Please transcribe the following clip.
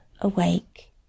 awake